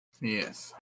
Yes